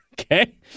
Okay